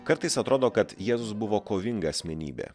kartais atrodo kad jėzus buvo kovinga asmenybė